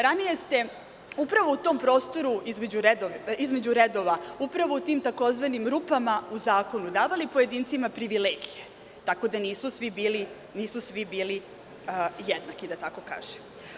Ranije se upravo u tom prostoru između redova, upravo u tim tzv. rupama u zakonu davali pojedincima privilegije, tako da nisu svi bili jednaki da tako kažem.